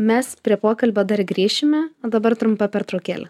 mes prie pokalbio dar grįšime o dabar trumpa pertraukėlė